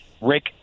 rick